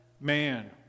man